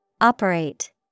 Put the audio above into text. Operate